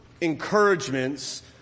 encouragements